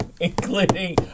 including